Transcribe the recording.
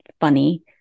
funny